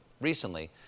recently